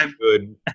good